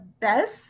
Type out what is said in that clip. best